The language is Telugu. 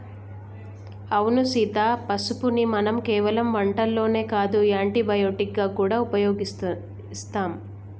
అవును సీత పసుపుని మనం కేవలం వంటల్లోనే కాదు యాంటీ బయటిక్ గా గూడా ఉపయోగిస్తాం